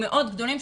מאוד גדולים,